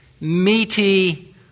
meaty